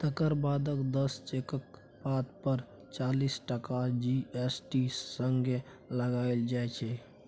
तकर बादक दस चेकक पात पर चालीस टका जी.एस.टी संगे लगाएल जाइ छै